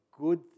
good